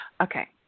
Okay